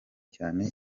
cyane